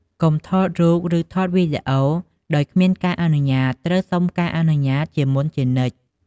កុំថតរូប ឬថតវីដេអូដោយគ្មានការអនុញ្ញាតត្រូវសុំការអនុញ្ញាតជាមុនជានិច្ច។